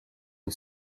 and